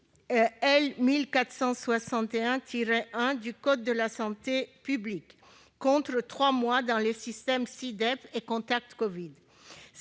1461-1 du code de la santé publique, contre trois mois pour les systèmes Sidep et Contact Covid.